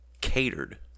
catered